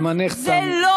זה לא.